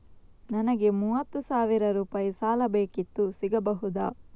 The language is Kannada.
ನನಗೆ ಮೂವತ್ತು ಸಾವಿರ ರೂಪಾಯಿ ಸಾಲ ಬೇಕಿತ್ತು ಸಿಗಬಹುದಾ?